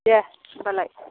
देह होनबालाय